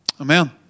Amen